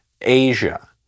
Asia